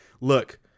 Look